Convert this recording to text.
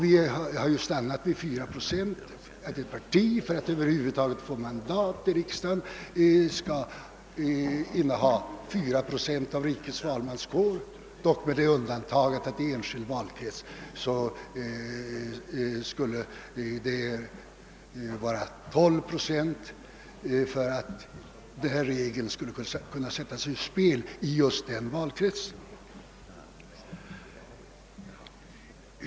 Vi har stannat för att ett parti för att över huvud taget erhålla något mandat i riksdagen skall inneha 4 procent av rikets valmanskår, dock med det undantaget, att det i enskild valkrets skulle krävas 12 procent för att regeln skall sättas ur spel i just den valkretsen.